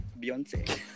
Beyonce